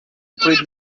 including